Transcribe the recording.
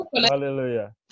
Hallelujah